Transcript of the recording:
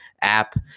app